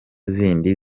zindi